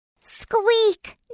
Squeak